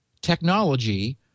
technology